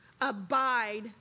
abide